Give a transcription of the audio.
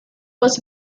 was